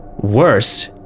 worse